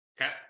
okay